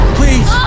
please